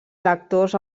lectors